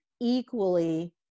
equally